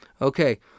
Okay